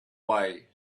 way